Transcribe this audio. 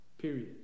period